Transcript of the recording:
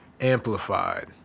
amplified